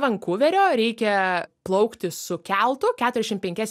vankuverio reikia plaukti su keltu keturiašim penkias